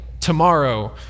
tomorrow